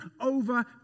over